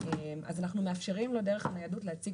אז אנחנו מאפשרים לו דרך הניידות להציג